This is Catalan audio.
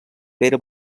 pere